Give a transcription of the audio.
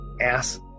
ass